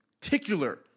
particular